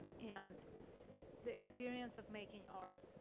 and the experience of making art